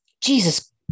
Jesus